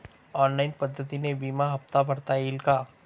Online पद्धतीने विमा हफ्ता भरता येईल का?